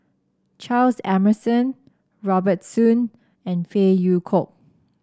Charles Emmerson Robert Soon and Phey Yew Kok